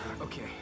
Okay